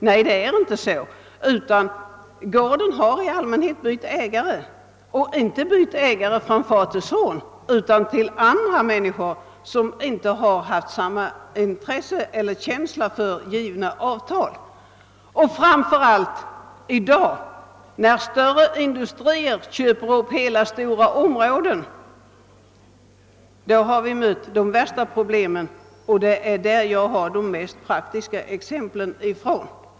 Nej, gården har i allmänhet bytt ägare och inte från far till son, utan den har sålts till andra människor som inte har samma intresse eller känsla för gamla ingångna avtal. De värsta problemen uppstår när större industrier köper upp stora områden, och det är från sådana fall jag har många pratkiska exempel.